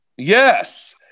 yes